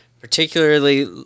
particularly